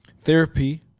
therapy